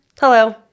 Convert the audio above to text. Hello